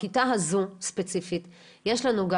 בכיתה הזו ספציפית יש לנו,